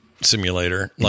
simulator